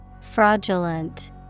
Fraudulent